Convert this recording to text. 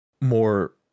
more